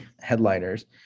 headliners